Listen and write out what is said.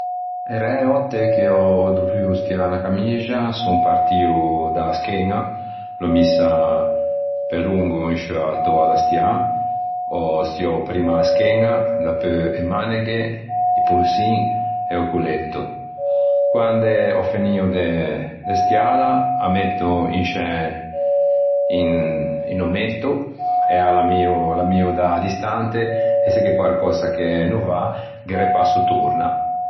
E ræ òtte che ò dovuo stiâ unna camixia son partio dâ scheña, l'ò missa pe longo in sciâ töa da stiâ, ò stiou primma a scheña, dapeu e maneghe, i polsin e o colletto. Quando ò finio de de stiâla â metto in sce un ommetto e â l'ammio l'ammio da-a distante e se gh'é quarcösa che no va, ghe repasso torna.